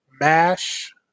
MASH